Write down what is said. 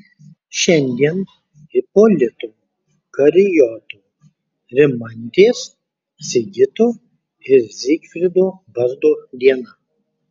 šiandien ipolito karijoto rimantės sigito ir zygfrido vardo diena